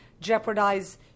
jeopardize